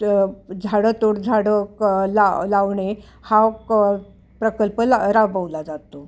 तर झाडंतोड झाडं क ला लावणे हा क प्रकल्प ला राबवला जातो